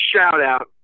shout-out